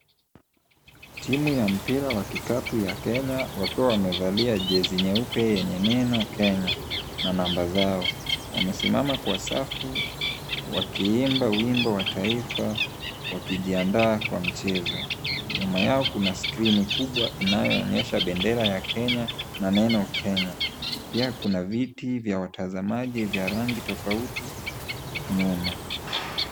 Timu ya mpira wa kikapu ya Kenya wakiwa wamevalia jezi nyeupe yenye neno Kenya na namba zao. Wamesimama kwa safu wakiimba wimbo wa taifa wakijiandaa kwa mchezo. Nyuma yao kuna skrini kubwa inayoonyesha bendera ya Kenya na neno Kenya. Pia kuna viti vya watazamaji vya rangi tofauti nyuma.